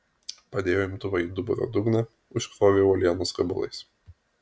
padėjo imtuvą į duburio dugną užkrovė uolienos gabalais